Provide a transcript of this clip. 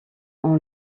ont